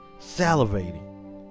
salivating